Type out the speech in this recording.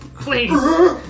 Please